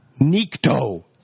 Nikto